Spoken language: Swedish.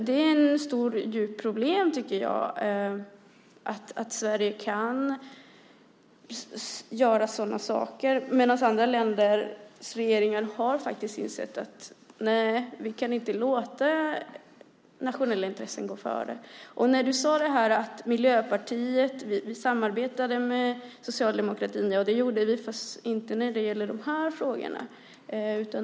Det är ett stort och djupt problem, tycker jag, att Sverige kan göra sådana saker när andra länders regeringar har insett att man inte kan låta nationella intressen gå före. Du sade att Miljöpartiet samarbetade med socialdemokratin. Ja, det gjorde vi, men inte när det gällde de här frågorna.